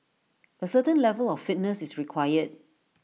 A certain level of fitness is required